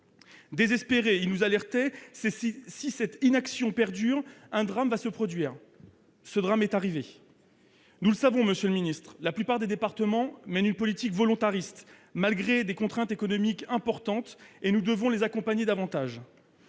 Désespérés, ils nous avaient alertés :« Si cette inaction perdure, un drame va se produire. » Ce drame est arrivé. Nous le savons, monsieur le secrétaire d'État, la plupart des départements mènent une politique volontariste, malgré des contraintes économiques importantes, et nous devons les accompagner davantage.